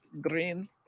Green